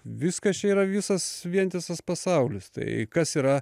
viskas čia yra visas vientisas pasaulis tai kas yra